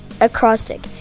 acrostic